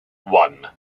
one